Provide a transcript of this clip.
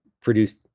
produced